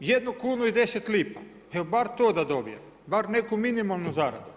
jednu kunu i 10 lipa, evo bar to da dobijem, bar neku minimalnu zaradu.